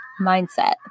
mindset